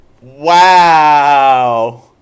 Wow